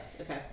okay